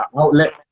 outlet